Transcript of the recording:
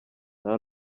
nta